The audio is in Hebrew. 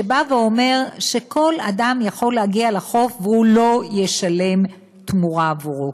שאומר שכל אדם יכול להגיע לחוף ולא לשלם תמורה על כך.